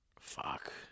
Fuck